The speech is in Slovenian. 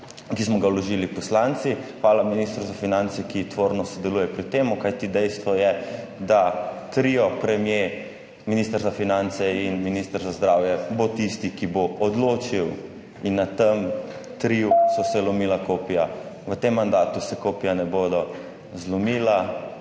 ki smo ga vložili poslanci. Hvala ministru za finance, ki tvorno sodeluje pri tem. Kajti dejstvo je, da bo trio premier, minister za finance in minister za zdravje tisti, ki bo odločil. In na tem triu so se lomila kopija. V tem mandatu se kopija ne bodo zlomila.